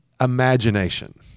imagination